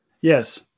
Yes